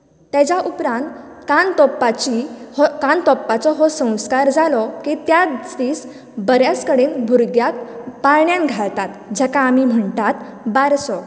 तेच्या उपरांत कान तोंपपाची कान हो तोंपपाचो हो संस्कार जालो की त्या दुसरें दीस बरेंच कडेन भुरग्यांक पाळण्यांत घालतात जाका आमी म्हणटात बारसो